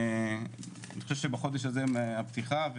אני חושב שבחודש הזה הפתיחה,